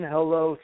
Hello